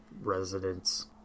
residents